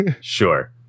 Sure